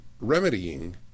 remedying